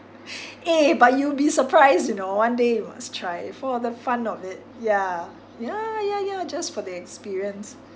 eh but you'll be surprised you know one day you must try for the fun of it yeah ya ya ya just for the experience